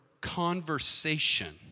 Conversation